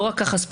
לא רק ספורדים.